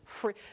free